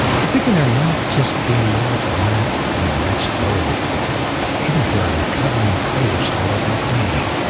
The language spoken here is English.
i'm thinkin' there might just be more to life than the next load even for a recovering produce hauler like me.